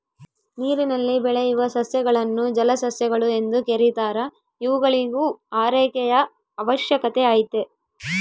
ನೀರಿನಲ್ಲಿ ಬೆಳೆಯುವ ಸಸ್ಯಗಳನ್ನು ಜಲಸಸ್ಯಗಳು ಎಂದು ಕೆರೀತಾರ ಇವುಗಳಿಗೂ ಆರೈಕೆಯ ಅವಶ್ಯಕತೆ ಐತೆ